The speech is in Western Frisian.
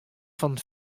fan